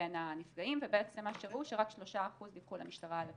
מבין הנפגעים ובעצם מה שראו שרק 3% דיווחו למשטרה על הפגיעה.